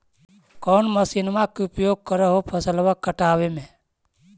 कौन मसिंनमा के उपयोग कर हो फसलबा काटबे में?